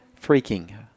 freaking